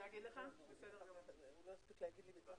הנכון לתיקון.